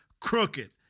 crooked